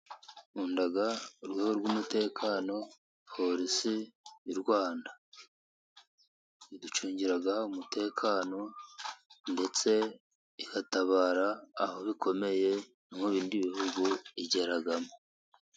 Nkunda urwego rw'umutekano porisi y'u Rwanda. Iducungira umutekano, ndetse igatabara aho bikomeye, no mu bindi bihugu igeramo.